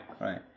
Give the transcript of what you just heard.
right